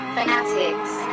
Fanatics